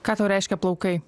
ką tau reiškia plaukai